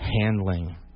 handling